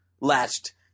latched